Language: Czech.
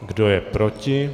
Kdo je proti?